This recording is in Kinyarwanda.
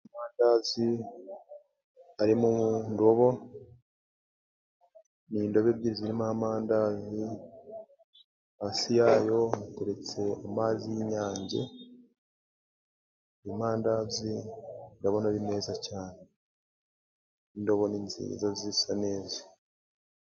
Amandazi ari mu ndobo mu ndobo ebyiri zirimo amandazi hasi yazo hateretse amazi y'inyange amandazi ndabona ari meza cyane n'indobo ni nziza zisa neza.